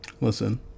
Listen